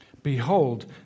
Behold